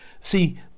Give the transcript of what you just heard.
See